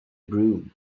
broom